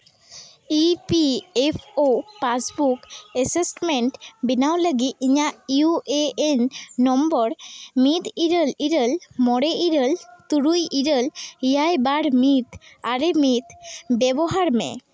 E P F O passbook ᱮᱥᱮᱢᱮᱱᱴ ᱵᱮᱱᱟᱣ ᱞᱟᱹᱜᱤᱫ ᱤᱧᱟᱹᱜ ᱤᱭᱩ ᱮ ᱮᱱ ᱱᱚᱢᱵᱚᱨ ᱢᱤᱫ ᱤᱨᱟᱹᱞ ᱤᱨᱟᱹᱞ ᱢᱚᱬᱮ ᱤᱨᱟᱹᱞ ᱛᱩᱨᱩᱭ ᱤᱨᱟᱹᱞ ᱮᱭᱟᱭ ᱵᱟᱨ ᱢᱤᱫ ᱟᱨᱮ ᱢᱤᱫ ᱵᱮᱵᱚᱦᱟᱨ ᱢᱮ